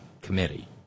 Committee